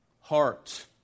heart